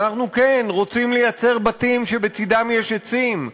כשאנחנו כן רוצים לייצר בתים שבצדם יש עצים,